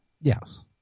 Yes